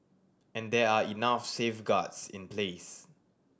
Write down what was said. and there are enough safeguards in place